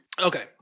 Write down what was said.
Okay